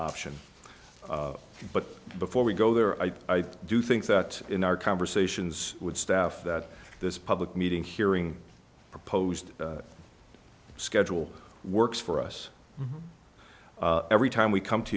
option but before we go there i do think that in our conversations with staff that this public meeting hearing proposed schedule works for us every time we come to